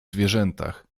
zwierzętach